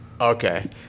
okay